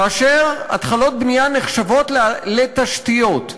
כאשר התחלות בנייה נחשבות לתשתיות.